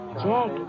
Jack